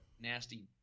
nasty –